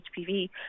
HPV